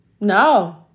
No